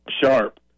Sharp